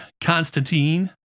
Constantine